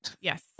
Yes